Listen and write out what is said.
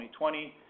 2020